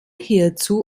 hierzu